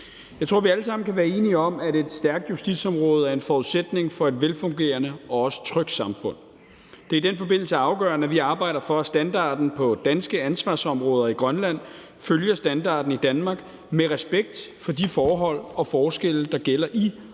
Jeg tror, vi alle sammen kan være enige om, at et stærkt justitsområde er en forudsætning for et velfungerende og også trygt samfund. Det er i den forbindelse afgørende, at vi arbejder for, at standarden på danske ansvarsområder i Grønland følger standarden i Danmark med respekt for de forhold og forskelle, der gælder i og